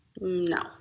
No